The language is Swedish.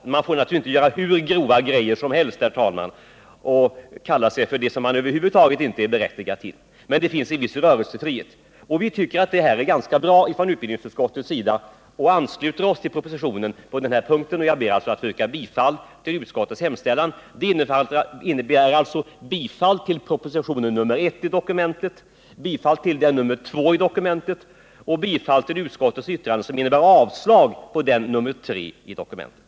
Men man får naturligtvis inte göra hur grova saker som helst, herr talman, och kalla sig något man över huvud taget inte är berättigad till. Det finns dock en viss rörelsefrihet. Vi tycker från utskottets sida att det är ett ganska bra förslag och vi ansluter oss till propositionen på den här punkten. Jag ber att få yrka bifall till utskottets hemställan. Det innebär bifall till förslag 1 i propositionen, bifall till förslag 2 och avslag på förslag 3 i dokumentet.